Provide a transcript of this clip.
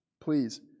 Please